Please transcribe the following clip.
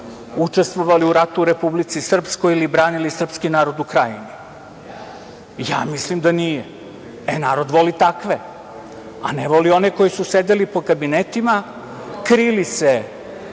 učestvovali u ratu u Republici Srpskoj ili branili srpski narod u Krajni. Ja mislim da nije. E narod voli takve, a ne voli one koji su sedeli po kabinetima, krili se